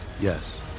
Yes